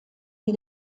die